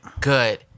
Good